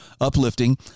uplifting